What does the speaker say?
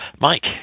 Mike